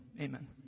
Amen